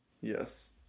Yes